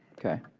okay.